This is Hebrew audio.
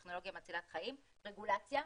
יש,